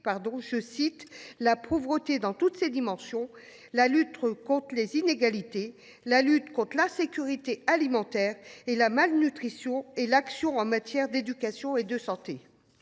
de la pauvreté dans toutes ses dimensions, la lutte contre les inégalités, la lutte contre l’insécurité alimentaire et la malnutrition et l’action en matière d’éducation et de santé ».